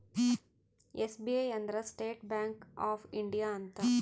SBI ಅಂದ್ರ State Bank of India ಅಂತ